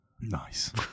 Nice